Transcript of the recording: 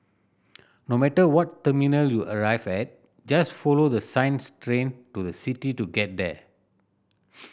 no matter what terminal you arrive at just follow the signs Train to the City to get there